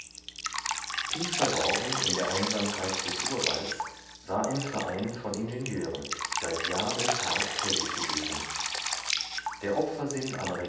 tief verborgen in der einsamkeit des urwalds war ein verein von ingenieuren seit jahr und tag tätig gewesen der